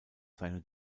seine